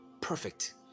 perfect